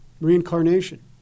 reincarnation